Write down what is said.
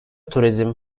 turizm